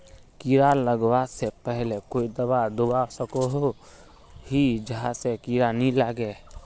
कीड़ा लगवा से पहले कोई दाबा दुबा सकोहो ही जहा से कीड़ा नी लागे?